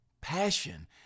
passion